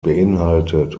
beinhaltet